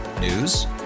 News